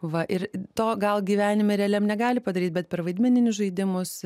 va ir to gal gyvenime realiam negali padaryt bet per vaidmeninius žaidimus